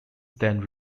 then